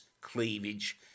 cleavage